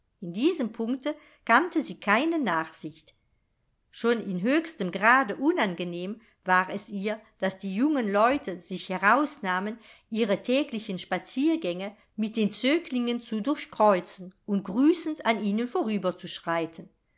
diesem punkte kannte sie keine nachsicht schon in höchstem grade unangenehm war es ihr daß die jungen leute sich herausnahmen ihre täglichen spaziergänge mit den zöglingen zu durchkreuzen und grüßend an ihnen vorüberzuschreiten